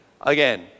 Again